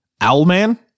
Owlman